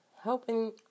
helping